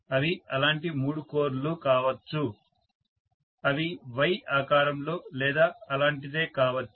అవి అలాంటి మూడు కోర్ లు కావచ్చు అవి Y ఆకారంలో లేదా అలాంటిదే కావచ్చు